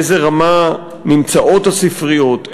באיזה רמה נמצאות הספריות,